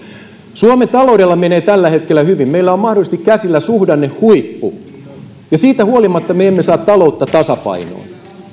suomen taloudella menee tällä hetkellä hyvin meillä on mahdollisesti käsillä suhdannehuippu ja siitä huolimatta me emme saa taloutta tasapainoon